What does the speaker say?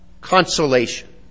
Consolation